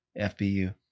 FBU